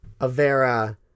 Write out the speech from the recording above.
Avera